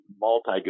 multi